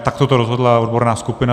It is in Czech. Takto to rozhodla odborná skupina.